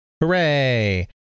hooray